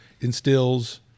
instills